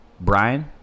Brian